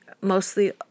mostly